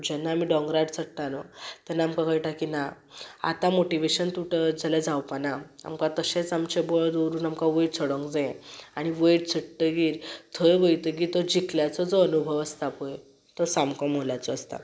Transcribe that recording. पूण जेन्ना आमी डोंगरार चडटा न्हू तेन्ना आमकां कळटा की ना आतां मोटीवेशन तुटत जाल्यार जावपाना आमकां तशेंच आमचें बळ दवरून आमकां वयर चडूंक जाये आनी वयर चडटगीर थंय वयतगीर तो जिखल्याचो जो अनुभव आसता पळय तो सामको मोलाचो आसता